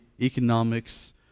economics